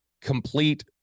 complete